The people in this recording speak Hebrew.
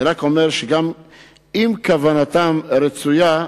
אני רק אומר שגם אם כוונתם רצויה,